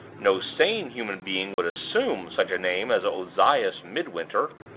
no sane human being would assume such a name as ozias midwinter.